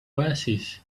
oasis